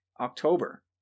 October